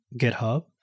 .github